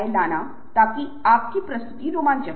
संदर्भ फिर से वही है जो प्रासंगिक है